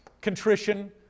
contrition